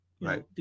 right